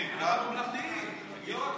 אנחנו ממלכתיים, הוא יו"ר הכנסת.